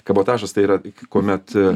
kabotažas tai yra iki kuomet